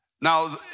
Now